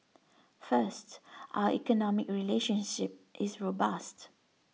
first our economic relationship is robust